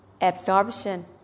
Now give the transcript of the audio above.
absorption